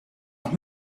nog